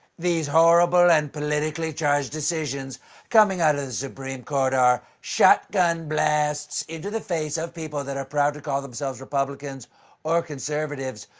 these horrible and politically charged decisions coming out of the supreme court are shotgun blasts into the face of people that are proud to call themselves republicans or conservatives.